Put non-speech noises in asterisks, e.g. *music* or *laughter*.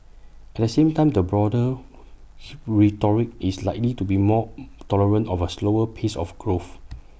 at the same time the broader *noise* rhetoric is likely to be more *hesitation* tolerant of A slower pace of growth